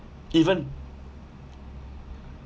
even